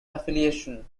affiliation